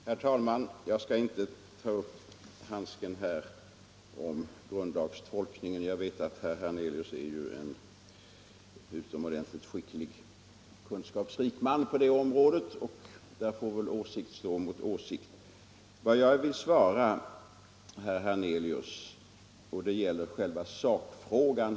Herr talman! Jag skall inte ta upp handsken beträffande grundlagstolkningen. Jag vet att herr Hernelius är en utomordentligt skicklig och kunskapsrik man på detta område. Där får väl åsikt stå mot åsikt. Vad jag vill svara gäller själva sakfrågan.